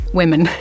women